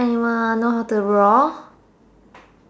animal know how to roar